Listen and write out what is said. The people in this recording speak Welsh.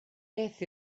beth